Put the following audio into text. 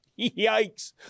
Yikes